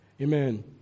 Amen